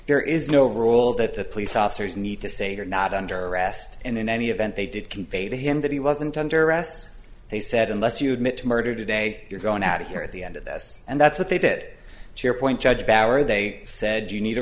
there is no rule that the police officers need to say they are not under arrest and in any event they did convey to him that he wasn't under arrest they said unless you admit to murder today you're going out of here at the end of this and that's what they did to your point judge barry they said you need a